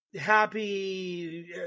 happy